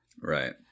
Right